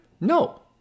No